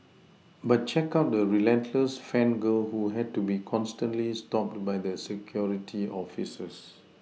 but check out the relentless fan girl who had to be constantly stopped by the security officers